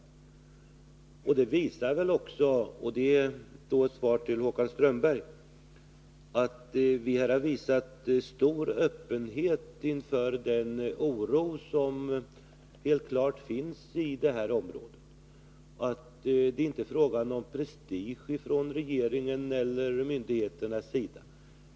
Som ett svar till Håkan Strömberg vill jag säga att detta är ett bevis för att vi här har visat stor öppenhet inför den oro som helt klart finns i detta område. Det är inte fråga om prestige från regeringens eller myndigheternas sida.